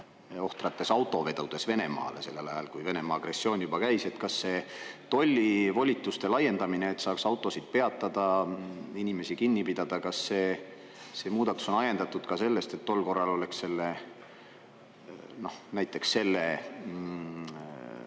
ohtrates autovedudes Venemaale sellel ajal, kui Venemaa agressioon juba käis. Kas see tollivolituste laiendamine, et saaks autosid peatada, inimesi kinni pidada, see muudatus on ajendatud ka sellest, et tol korral oleks näiteks selle